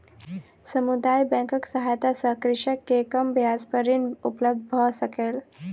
समुदाय बैंकक सहायता सॅ कृषक के कम ब्याज पर ऋण उपलब्ध भ सकलै